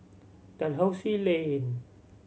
Dalhousie Lane